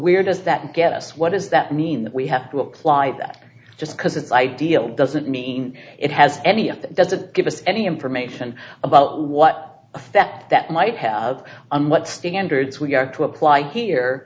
does that get us what does that mean that we have to apply that just because it's ideal doesn't mean it has any of that doesn't give us any information about what effect that might have and what standards we are to apply here